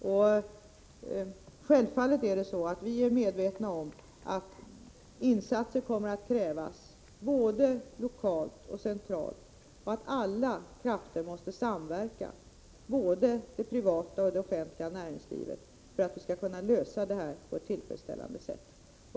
Vi är självfallet medvetna om att insatser kommer att krävas — både lokalt och centralt — och att alla krafter måste samverka, både det privata och det offentliga näringslivet, för att vi skall kunna lösa de här frågorna på ett tillfredsställande sätt.